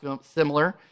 similar